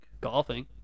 Golfing